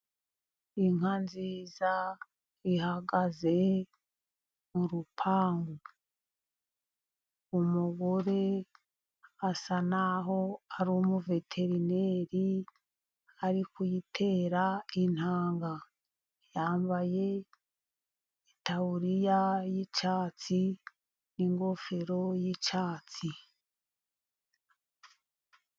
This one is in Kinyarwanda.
Inka nziza ihagaze mu rupangu. Umugore asa n'aho ari umuveterineri ari kuyitera intanga. Yambaye itaburiya y'icyatsi n'ingofero y'icyatsi.